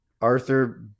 Arthur